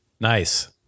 Nice